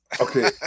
okay